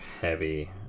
heavy